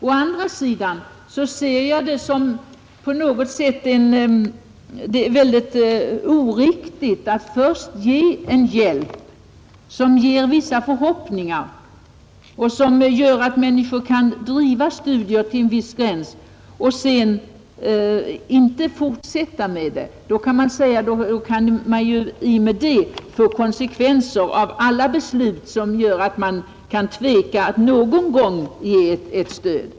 Å andra sidan anser jag det oriktigt att först lämna en hjälp som inger vissa förhoppningar och som gör att människor kan bedriva studier till en viss gräns men sedan inte fortsätta med dem. Då kan ju sägas att detta kanske skulle få sådana konsekvenser att man tvekar inför alla beslut om att ge stöd.